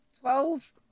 Twelve